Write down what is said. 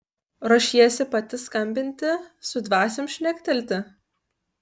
ruošiesi pati skambinti su dvasiom šnektelti